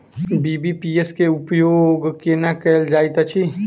BBPS केँ उपयोग केना कएल जाइत अछि?